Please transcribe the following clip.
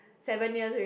seven years